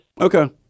Okay